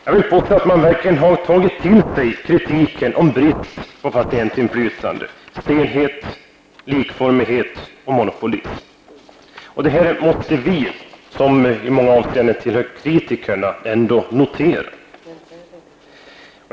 Jag vill påstå att man verkligen har tagit till sig kritiken om brist på patientinflytande, stelhet, likformighet och monopolism. Det här måste vi som i många avseenden tillhör kritikerna ändå notera.